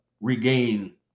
regain